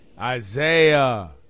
Isaiah